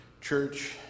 church